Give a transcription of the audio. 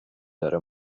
داره